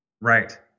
right